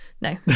no